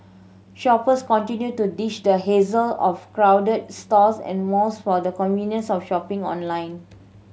shoppers continue to ditch the hassle of crowded stores and malls for the convenience of shopping online